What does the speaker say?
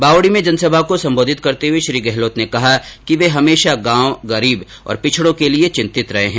बावडी में जनसभा को संबोधित करते हुए श्री गहलोत ने कहा कि वे हमेषा गांव गरीब और पिछडों के लिए चिंतित रहे हैं